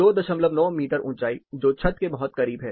29 metre ऊंचाई जो छत के बहुत करीब है